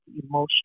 emotional